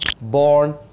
born